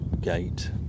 gate